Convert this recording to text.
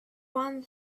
one